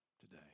today